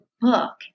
book